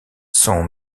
sont